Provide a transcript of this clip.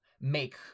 make